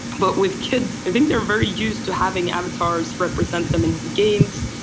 but with kids, i think they are very used to having avatars represent them in games,